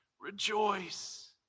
rejoice